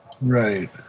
Right